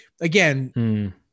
again